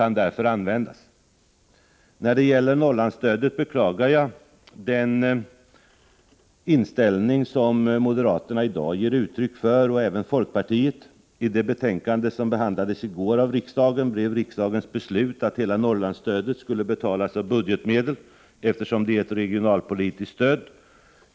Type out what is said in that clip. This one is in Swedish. När det gäller Norrlandsstödet beklagar jag den inställning som moderaterna och även folkpartiet i dag ger uttryck för. I det betänkande som behandlades i går av riksdagen blev rikdagens beslut att hela Norrlandsstödet skall betalas av budgetmedel, eftersom det är ett regionalpolitiskt stöd.